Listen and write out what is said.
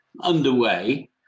underway